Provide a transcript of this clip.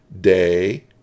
day